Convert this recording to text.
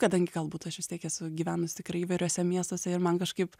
kadangi galbūt aš vis tiek esu gyvenus tikrai įvairiuose miestuose ir man kažkaip